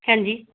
ਹੈਂਜੀ